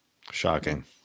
Shocking